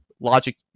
Logic